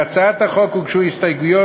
להצעת החוק הוגשו הסתייגויות.